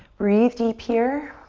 breathe deep here.